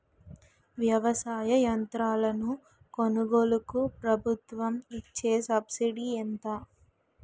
వ్యవసాయ యంత్రాలను కొనుగోలుకు ప్రభుత్వం ఇచ్చే సబ్సిడీ ఎంత?